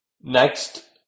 Next